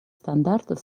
стандартов